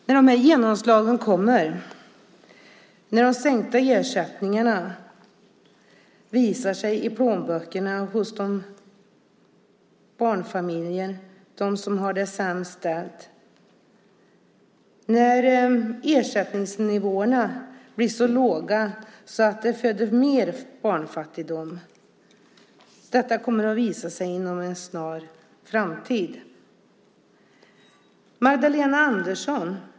Fru talman! Dessa genomslag kommer när de sänkta ersättningarna visar sig i plånböckerna hos barnfamiljer och dem som har det sämst ställt. Ersättningsnivåerna blir så låga att det föder mer barnfattigdom. Detta kommer att visa sig inom en snar framtid.